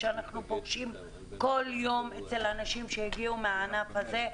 שאנחנו פוגשים כל יום אצל אנשים שהגיעו מהענף הזה.